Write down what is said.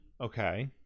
Okay